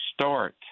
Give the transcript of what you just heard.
start